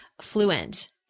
fluent